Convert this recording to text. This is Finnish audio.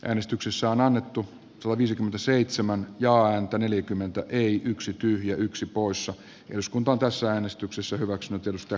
äänestyksessä on annettu tuhatviisikymmentäseitsemän ja häntä neljäkymmentä eli yksi tyhjä yksi poissa hyskuntoon tässä äänestyksessä hyväksytystä